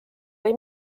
või